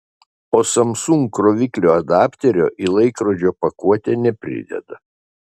o samsung kroviklio adapterio į laikrodžio pakuotę neprideda